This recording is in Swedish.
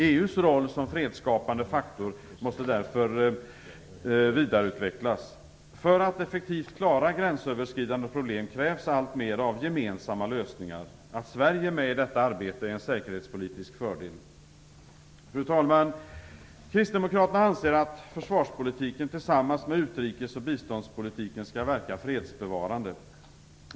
EU:s roll som fredsskapande faktor måste därför vidareutvecklas. För att effektivt klara gränsöverskridande problem krävs alltmer av gemensamma lösningar. Att Sverige är med i detta arbete är en säkerhetspolitisk fördel. Fru talman! Kristdemokraterna anser att försvarspolitiken tillsammans med utrikes och biståndspolitiken skall verka fredsbevarande.